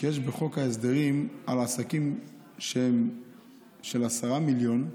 כי כתוב בחוק ההסדרים שעסקים שהם של 10 מיליון,